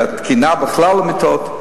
ואת התקינה בכלל המיטות,